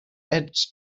edge